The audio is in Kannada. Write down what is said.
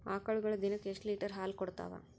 ಆಕಳುಗೊಳು ದಿನಕ್ಕ ಎಷ್ಟ ಲೀಟರ್ ಹಾಲ ಕುಡತಾವ?